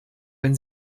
wenn